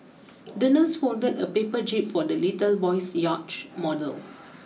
the nurse folded a paper jib for the little boy's yacht model